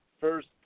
first